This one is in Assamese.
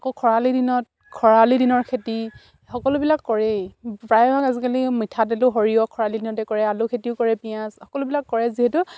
আকৌ খৰালি দিনত খৰালি দিনৰ খেতি সকলোবিলাক কৰেই প্ৰায় হওক আজিকালি মিঠাতেলো সৰিয়হ খৰালি দিনতে কৰে আলু খেতিও কৰে পিঁয়াজ সকলোবিলাক কৰে যিহেতু